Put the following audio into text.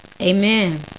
Amen